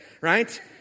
Right